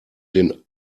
den